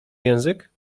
język